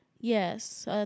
Yes